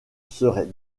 serait